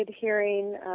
hearing